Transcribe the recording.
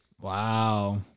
Wow